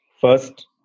First